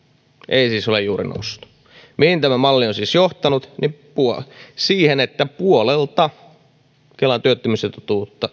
ei ole siis juuri noussut mihin tämä malli on siis johtanut siihen että puolelta kelan työttömyysetuutta